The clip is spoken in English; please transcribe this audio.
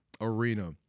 arena